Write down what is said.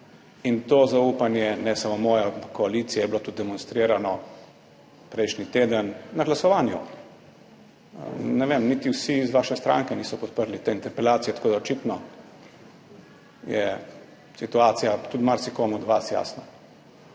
In to zaupanje, ne samo moje, ampak koalicije, je bilo tudi demonstrirano prejšnji teden na glasovanju. Ne vem, niti vsi iz vaše stranke niso podprli te interpelacije, tako da je očitno situacija tudi marsikomu od vas jasna.